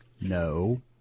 No